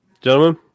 gentlemen